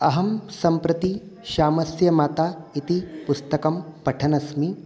अहं सम्प्रति श्यामस्य माता इति पुस्तकं पठनस्मि